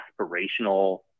aspirational